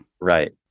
Right